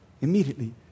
immediately